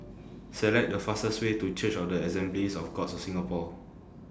Select The fastest Way to Church of The Assemblies of Gods of Singapore